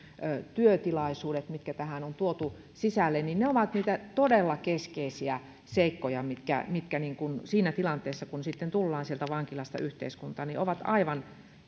työtilaisuudet mitkä tähän on tuotu sisälle ovat niitä todella keskeisiä seikkoja mitkä mitkä siinä tilanteessa kun tullaan sieltä vankilasta yhteiskuntaan ovat aivan